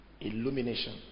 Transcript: Illumination